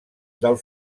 del